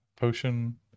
Potion